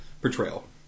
portrayal